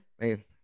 Hey